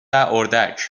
اردک